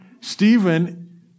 Stephen